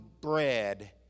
bread